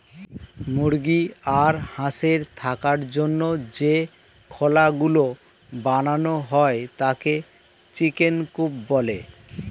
মুরগি আর হাঁসের থাকার জন্য যে খোলা গুলো বানানো হয় তাকে চিকেন কূপ বলে